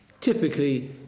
Typically